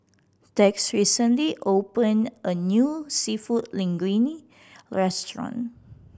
Tex recently opened a new Seafood Linguine Restaurant